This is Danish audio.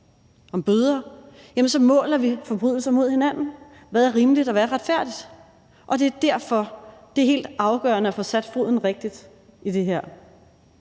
om bøder, så måler vi forbrydelser mod hinanden, i forhold til hvad der er rimeligt, og hvad der er retfærdigt, og det er derfor, det er helt afgørende at få sat foden rigtigt i det her.